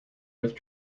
worth